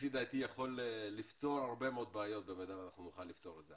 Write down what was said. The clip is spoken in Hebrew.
לפי דעתי יכול לפתור הרבה מאוד בעיות במידה ואנחנו נוכל לפתור את זה.